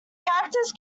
characters